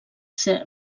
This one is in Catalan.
ser